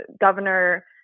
governor